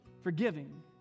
Forgiving